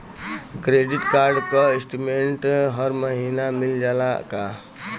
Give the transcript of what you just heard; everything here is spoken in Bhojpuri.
क्रेडिट कार्ड क स्टेटमेन्ट हर महिना मिल जाला का?